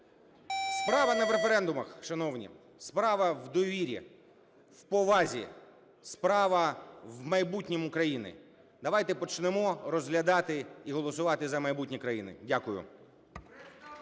справа не в референдумах, шановні, справа в довірі, в повазі, справа в майбутньому України. Давайте почнемо розглядати і голосувати за майбутнє країни. Дякую.